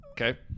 Okay